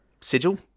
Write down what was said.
sigil